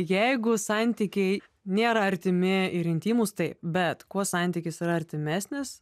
jeigu santykiai nėra artimi ir intymūs tai bet kuo santykis yra artimesnis